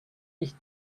nicht